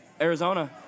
Arizona